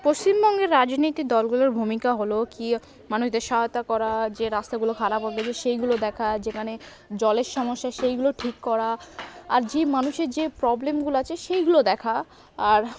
পশ্চিমবঙ্গের রাজনীতির দলগুলোর ভূমিকা হলো কি মানুষদের সহায়তা করা যে রাস্তাগুলো খারাপ হয়ে গিয়েছে সেইগুলো দেখা যেখানে জলের সমস্যা সেইগুলো ঠিক করা আর যে মানুষের যে প্রবলেমগুলো আছে সেইগুলো দেখা আর